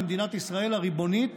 במדינת ישראל הריבונית,